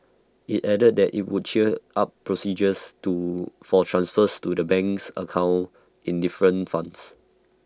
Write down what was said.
IT added that IT would cheer up procedures to for transfers to the banks account for different funds